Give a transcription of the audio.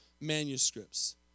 manuscripts